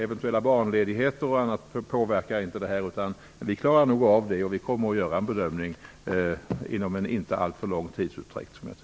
Eventuella barnledigheter och liknande påverkar inte detta. Vi klarar nog att göra en bedömning utan alltför stor tidsutdräkt.